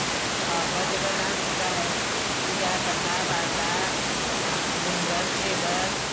हर जगह डांस होता है पूजा कथा वार्ता मुंडन छेदन